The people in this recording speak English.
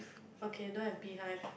okay don't have bee hive